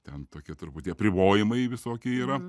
ten tokie truputį apribojimai visokie yra